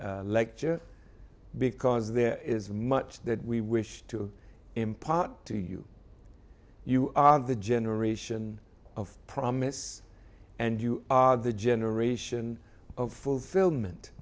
lecture because there is much that we wish to impart to you you are the generation of promise and you are the generation of fulfillment